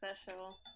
special